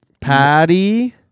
Patty